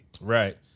Right